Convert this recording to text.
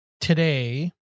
today